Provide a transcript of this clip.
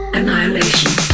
Annihilation